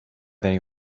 they